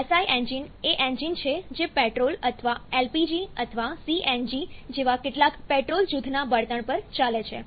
SI engine એ engine છે જે પેટ્રોલ અથવા LPG અથવા CNG જેવા કેટલાક પેટ્રોલ જૂથના બળતણ પર ચાલે છે